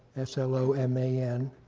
s l o m a n.